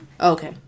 Okay